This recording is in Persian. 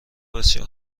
بسیار